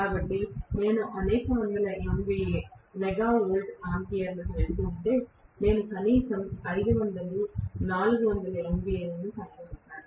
కాబట్టి నేను అనేక వందల MVA మెగా వోల్ట్ ఆంపియర్లకు వెళుతుంటే నేను కనీసం 500 400 MVA కలిగి ఉంటాను